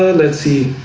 let's see,